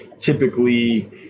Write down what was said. typically